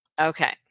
Okay